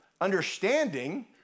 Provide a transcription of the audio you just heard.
understanding